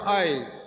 eyes